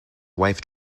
wife